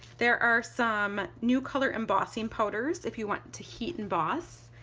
there are some new color embossing powders if you want to heat emboss.